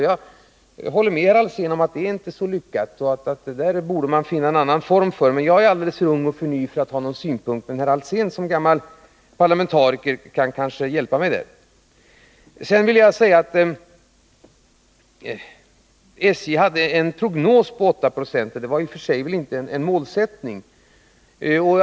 Jag håller med Hans Alsén om att det inte är så lyckat och att vi borde försöka finna någon annan form. Jag är dock alldeles för ung och ny för att ha någon synpunkt, dd men herr Alsén kan kanske, som gammal parlamentariker, hjälpa mig. SJ hade upprättat en prognos på 8 20. Det var alltså inte i och för sig fråga om en målsättning.